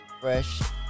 Fresh